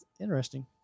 interesting